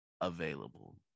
available